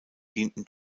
dienten